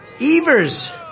Evers